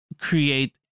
create